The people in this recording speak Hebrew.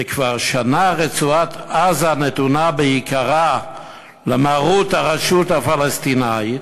וכבר שנה רצועת-עזה נתונה בעיקרה למרות הרשות הפלסטינית.